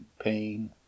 pain